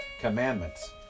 commandments